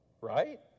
right